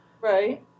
right